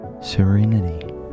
serenity